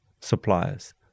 suppliers